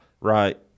Right